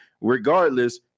regardless